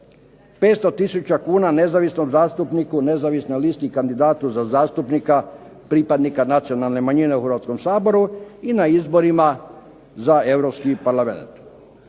500 tisuća kuna nezavisnom zastupniku, nezavisnoj listi kandidatu za zastupnika pripadnika nacionalne manjine u Hrvatskom saboru i na izborima za europski Parlamenat.